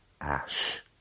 Ash